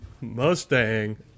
Mustang